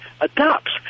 adopts